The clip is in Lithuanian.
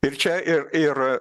ir čia ir ir